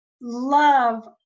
love